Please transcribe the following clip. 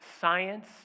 science